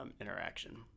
interaction